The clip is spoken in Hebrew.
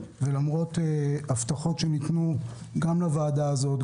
ולמרות הבטחות שניתנו גם לוועדה הזאת,